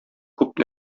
күп